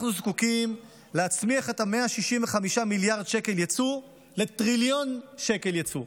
אנחנו זקוקים להצמיח את ה-165 מיליארד שקל יצוא לטריליון שקל יצוא.